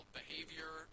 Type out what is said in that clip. behavior